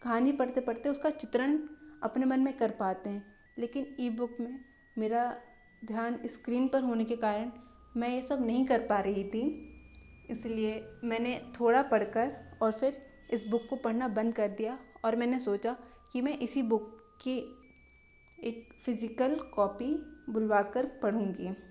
कहानी पढ़ते पढ़ते उसका चित्रण अपने मन में कर पाते हैं लेकिन इ बुक में मेरा ध्यान इस्क्रीन पर होने के कारण मैं ये सब नहीं कर पा रही थी इसलिए मैंने थोड़ा पढ़कर और फिर इस बुक को पढ़ना बंद कर दिया और मैंने सोचा कि मैं इसी बुक की एक फिजिकल कॉपी बुलवाकर पढ़ूंगी